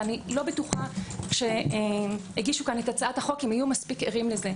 ואיני בטוחה שמגישי הצעת החוק היו מספיק ערים לכך.